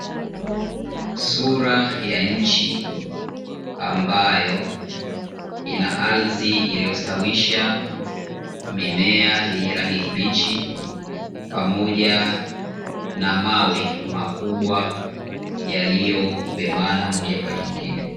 Sura ya nchi ambayo ina ardhi iliyostawisha mimea yenye rangi kibichi, pamoja na mawe makubwa yaliyobebana moja kwa jingine.